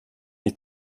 ich